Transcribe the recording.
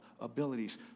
abilities